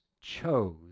chose